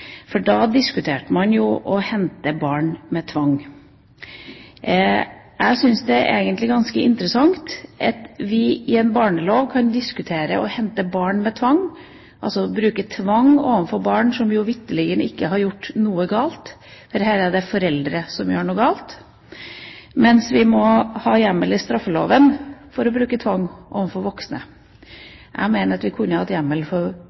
for da diskuterte man å hente barn med tvang. Jeg syns det egentlig er ganske interessant at vi i forbindelse med en barnelov kan diskutere det å hente barn med tvang – bruke tvang overfor barn som jo vitterlig ikke har gjort noe galt, for her er det foreldre som gjør noe galt – mens vi må ha hjemmel i straffeloven for å bruke tvang overfor voksne. Jeg mener at vi kunne hatt hjemmel for